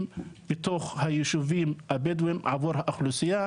בתוך היישובים הבדואים עבור האוכלוסייה,